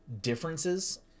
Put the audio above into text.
differences